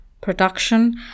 production